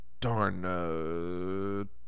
darn